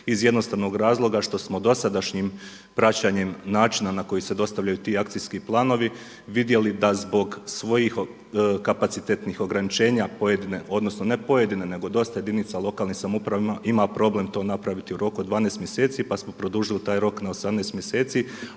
iz jednostavnog razloga što smo dosadašnjim praćenjem načina na koji se dostavljaju ti akcijski planovi vidjeli da zbog svojih kapacitetnih ograničenja pojedine odnosno ne pojedine nego dosta jedinica lokalne samouprave ima problem to napraviti u roku od 12 mjeseci pa smo produžili taj rok na 18 mjeseci,